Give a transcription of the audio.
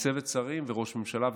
מצוות שרים וראש ממשלה,